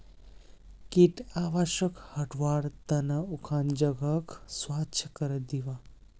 कीट आवासक हटव्वार त न उखन जगहक स्वच्छ करे दीबा